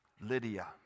Lydia